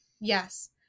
yes